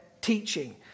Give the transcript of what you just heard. teaching